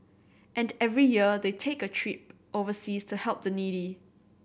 and every year they take a trip overseas to help the needy